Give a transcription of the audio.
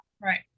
right